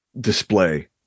display